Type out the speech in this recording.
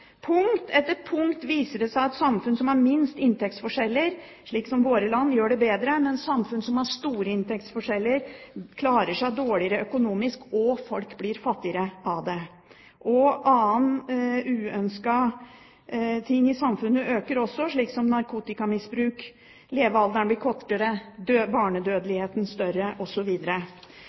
punkt etter punkt viser det seg at samfunn som har minst inntektsforskjeller, slik som våre land, gjør det bedre, mens samfunn som har store inntektsforskjeller, klarer seg dårligere økonomisk, og folk blir fattigere av det. Andre uønskede ting i samfunnet øker også, som narkotikamisbruk, levealderen blir kortere, barnedødeligheten